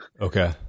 okay